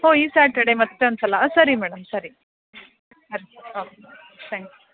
ಓ ಈ ಸ್ಯಾಟರ್ಡೇ ಮತ್ತೆ ಒಂದ್ಸಲ ಸರಿ ಮೇಡಂ ಸರಿ ಆಯ್ತು ಓಕೆ ತ್ಯಾಂಕ್ ಯು